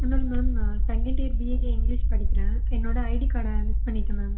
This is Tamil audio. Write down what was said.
இந்தமாரி மேம் நான் செகண்ட் இயர் பிஏ இங்க்லிஷ் படிக்கிறேன் என்னோட ஐடி கார்டை மிஸ் பண்ணிட்டேன் மேம்